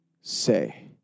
say